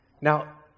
Now